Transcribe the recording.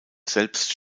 selbst